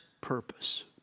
purpose